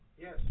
Yes